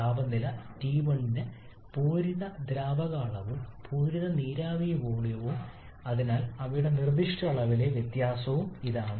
താപനില T1 ന് പൂരിത ദ്രാവക അളവും പൂരിത നീരാവി വോളിയവും അതിനാൽ അവയുടെ നിർദ്ദിഷ്ട അളവിലെ വ്യത്യാസം ഇതാണ്